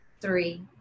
three